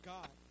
God